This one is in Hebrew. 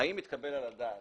האם מתקבל על הדעת